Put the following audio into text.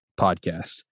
podcast